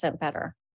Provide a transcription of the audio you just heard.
better